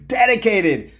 dedicated